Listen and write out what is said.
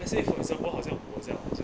let's say for example 好像我这样